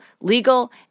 legal